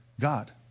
God